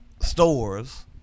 stores